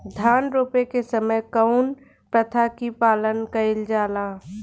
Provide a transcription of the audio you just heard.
धान रोपे के समय कउन प्रथा की पालन कइल जाला?